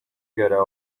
görev